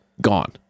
gone